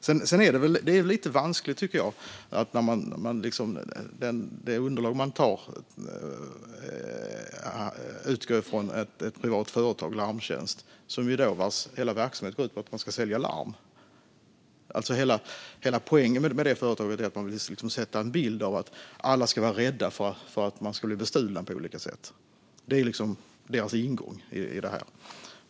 Jag tycker att det är lite vanskligt när ens underlag utgår från ett privat företag, Larmtjänst, vars hela verksamhet går ut på att sälja larm. Hela poängen är ju att man vill sätta en bild av att alla ska vara rädda för att bli bestulna på olika sätt. Det är deras ingång i det här.